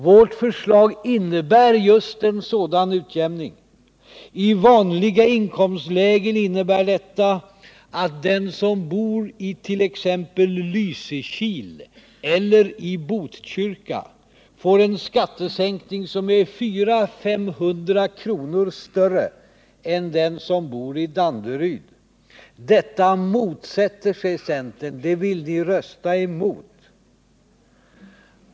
Vårt förslag innebär just en sådan utjämning. I vanliga inkomstlägen innebär detta att den som bor it.ex. Lysekil eller i Botkyrka får en skattesänkning som är 400-500 kr. större än vad den som bor i Danderyd får. Detta motsätter sig centern. Detta vill de rösta emot.